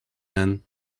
man